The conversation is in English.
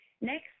Next